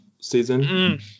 season